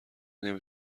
نمی